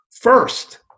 first